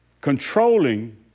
controlling